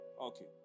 Okay